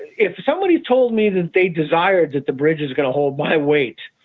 if somebody told me that they desire that the bridge is going to hold my weight,